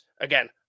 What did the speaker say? again